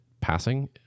passing